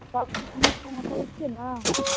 सब किछु नीक से हेतै ने